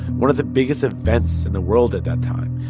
one of the biggest events in the world at that time.